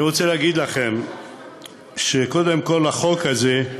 אני רוצה לומר לכם שקודם כול החוק הזה,